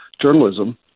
Journalism